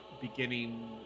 beginning